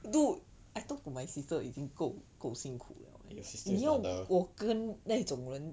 dude I talk to my sister 已经够够辛苦了你要我跟那种人